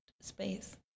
space